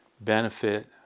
benefit